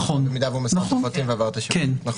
במידה והוא מסר פרטים ועבר את --- אדוני,